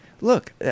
look